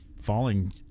falling